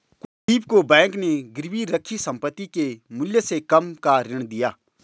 कुलदीप को बैंक ने गिरवी रखी संपत्ति के मूल्य से कम का ऋण दिया